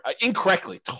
incorrectly